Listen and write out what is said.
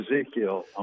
Ezekiel